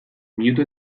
minutu